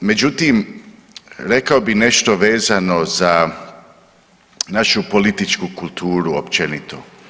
Međutim, rekao bi nešto vezano za našu političku kulturu općenito.